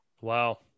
Wow